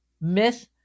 Myth